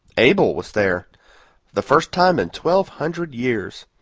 abel was there the first time in twelve hundred years.